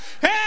Hey